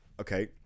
okay